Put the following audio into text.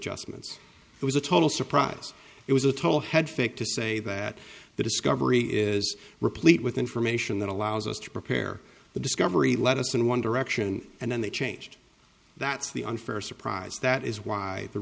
it was a total surprise it was a total head fake to say that the discovery is replete with information that allows us to prepare the discovery let us in one direction and then they changed that's the unfair surprise that is why the